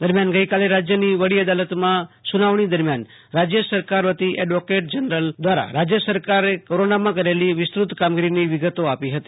દરમ્યાન ગઈકાલે રાજૈયની વડી એદાતલમાં સુનાવણી દરમિયાન રાજય સરકાર વતી એડવોકેટ જનરલ દ્રારા રાજ્ય સરકારે કોરોનામાં કરેલી વિસ્તૃ ત કામગીરીની વિગતો આપવામાં આવી હતી